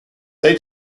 they